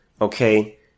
Okay